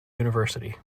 university